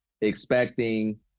expecting